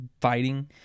fighting